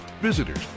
visitors